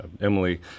Emily